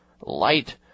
light